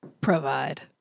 Provide